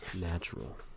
natural